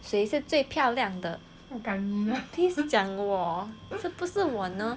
谁是最漂亮的 please 讲我是不是我呢